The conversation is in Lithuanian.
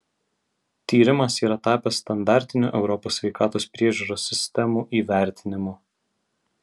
tyrimas yra tapęs standartiniu europos sveikatos priežiūros sistemų įvertinimu